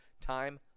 Time